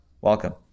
Welcome